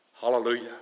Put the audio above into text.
Hallelujah